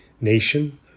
nation